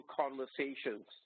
conversations